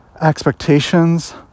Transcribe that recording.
expectations